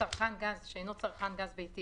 צרכן גז שאינו צרכן גז ביתי,